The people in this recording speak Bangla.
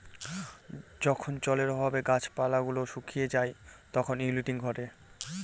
যখন জলের অভাবে গাছের পাতা গুলো শুকিয়ে যায় তখন উইল্টিং ঘটে